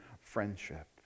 friendship